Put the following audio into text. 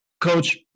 Coach